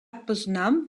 poznań